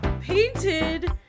painted